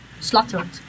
slaughtered